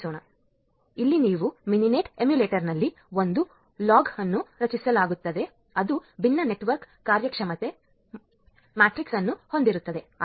ಆದ್ದರಿಂದ ಇಲ್ಲಿ ನೀವು ಮಿನಿನೆಟ್ ಎಮ್ಯುಲೇಟರ್ನಲ್ಲಿ ಒಂದು ಲಾಗ್ ಅನ್ನು ರಚಿಸಲಾಗುತ್ತದೆ ಅದು ಭಿನ್ನ ನೆಟ್ವರ್ಕ್ ಕಾರ್ಯಕ್ಷಮತೆ ಮ್ಯಾಟ್ರಿಕ್ಸ್ ಅನ್ನು ಹೊಂದಿರುತ್ತದೆ